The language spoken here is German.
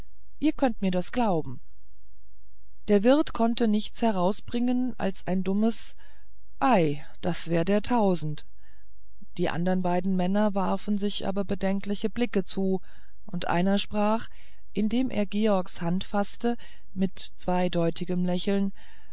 ihr könnet mir das glauben der wirt konnte nichts herausbringen als ein dummes ei das wäre der tausend die andern beiden männer warfen sich aber bedenkliche blicke zu und einer sprach indem er georgs hand faßte mit zweideutigem lächeln